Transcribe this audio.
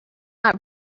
not